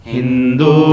Hindu